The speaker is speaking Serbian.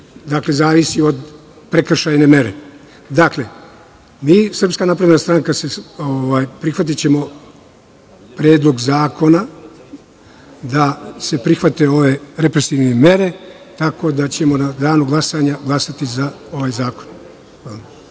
dinara, zavisi od prekršajne mere. Srpska napredna stranka će prihvatiti Predlog zakona, da se prihvate ove represivne mere, tako da ćemo u Danu za glasanje glasati za ovaj zakon.